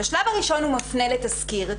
בשלב הראשון הוא מפנה לתסקיר,